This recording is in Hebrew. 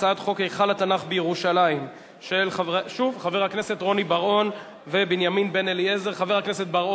הצעת חוק הדיור הציבורי של חבר הכנסת דב חנין וקבוצת חברי כנסת.